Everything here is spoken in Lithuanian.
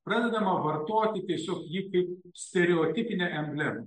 pradedama vartoti tiesiog jį kaip stereotipinę emblemą